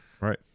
right